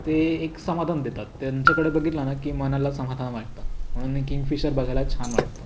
ते एक समाधान देतात त्यांच्याकडे बघितलं ना की मनाला समाधान वाटतं म्हणून मी किंगफिशर बघायला खूप छान वाटतो